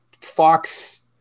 Fox